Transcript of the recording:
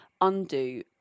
undo